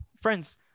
Friends